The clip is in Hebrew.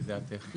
לדעתך?